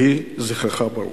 יהי זכרך ברוך.